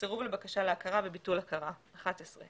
סירוב לבקשה להכרה וביטול הכרה הרשם